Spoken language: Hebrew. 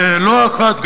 לא אחת,